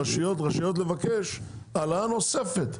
הרשויות רשאיות לבקש העלאה נוספת,